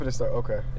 Okay